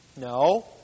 No